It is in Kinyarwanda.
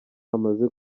amaze